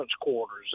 quarters